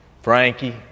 Frankie